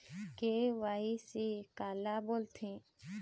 KYC काला बोलथें?